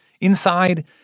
Inside